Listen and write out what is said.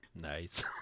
Nice